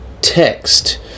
text